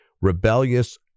rebellious